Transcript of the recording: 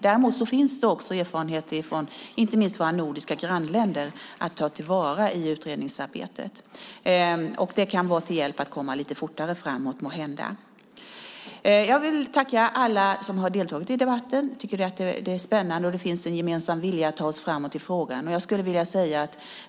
Det finns också erfarenheter från våra nordiska grannländer att ta till vara i utredningsarbetet. De kan måhända vara till hjälp för att komma lite fortare framåt. Jag tackar alla som har deltagit i debatten. Det är spännande, och det finns en gemensam vilja att ta sig framåt i frågan.